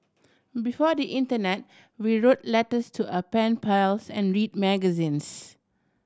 before the internet we wrote letters to our pen pals and read magazines